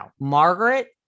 margaret